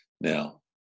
Now